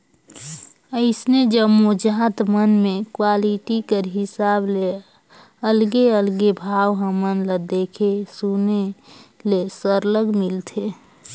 अइसने जम्मो जाएत मन में क्वालिटी कर हिसाब ले अलगे अलगे भाव हमन ल देखे सुने ले सरलग मिलथे